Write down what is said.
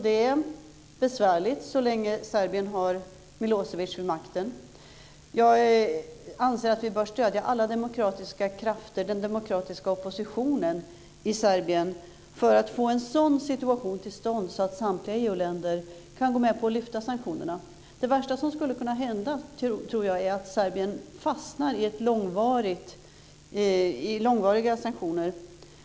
Det är besvärligt så länge Serbien har Milosevic vid makten. Jag anser att vi bör stödja alla demokratiska krafter, den demokratiska oppositionen, i Serbien för att få en sådan situation till stånd att samtliga EU länder kan gå med på att lyfta sanktionerna. Det värsta som skulle kunna hända är att Serbien fastnar i långvariga sanktioner.